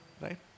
right